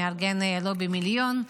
שמארגן לובי המיליון.